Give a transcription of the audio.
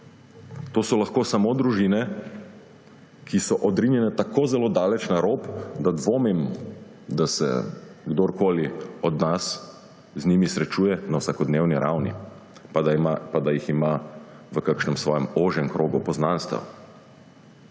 To so lahko samo družine, ki so odrinjene tako zelo daleč na rob, da dvomim, da se kdorkoli od nas z njimi srečuje na vsakodnevni ravni pa da jih ima v kakšnem svojem ožjem krogu poznanstev.